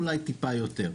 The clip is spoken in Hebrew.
אולי טיפה יותר.